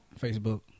Facebook